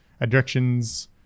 addictions